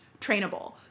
trainable